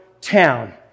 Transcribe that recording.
town